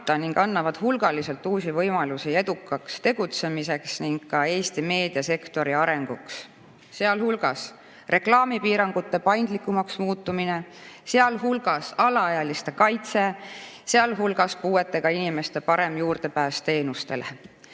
ning annavad hulgaliselt uusi võimalusi edukaks tegutsemiseks ning ka Eesti meediasektori arenguks, sealhulgas on reklaamipiirangute paindlikumaks muutumine, alaealiste kaitse, puuetega inimeste parem juurdepääs teenustele.